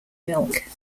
milk